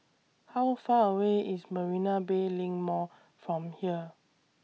How Far away IS Marina Bay LINK Mall from here